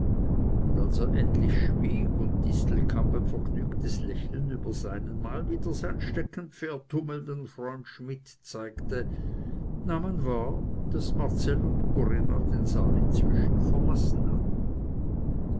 und als er endlich schwieg und distelkamp ein vergnügtes lächeln über seinen mal wieder sein steckenpferd tummelnden freund schmidt zeigte nahm man wahr daß marcell und corinna den saal inzwischen verlassen hatten